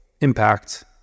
impact